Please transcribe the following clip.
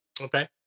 Okay